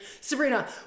Sabrina